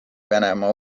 venemaa